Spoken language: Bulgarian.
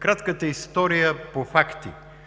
Кратката история по факти.